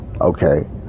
Okay